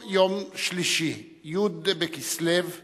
שלישי, י' בכסלו התשע"ב,